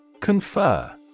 Confer